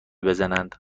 بزنند